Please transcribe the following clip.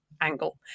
angle